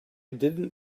didn’t